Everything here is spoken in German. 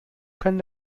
kann